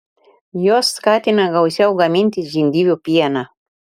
jos skatina gausiau gamintis žindyvių pieną